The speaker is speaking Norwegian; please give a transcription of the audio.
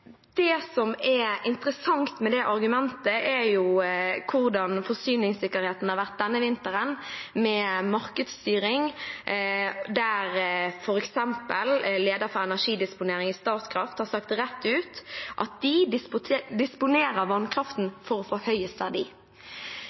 Det som er interessant med det argumentet, er hvordan forsyningssikkerheten har vært denne vinteren med markedsstyring. Lederen for energidisponering i Statkraft har f.eks. sagt rett ut at de disponerer vannkraften for å få høyest